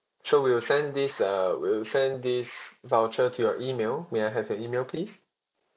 so we will send this uh we will send this voucher to your email may I have your email please